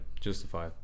justify